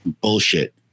bullshit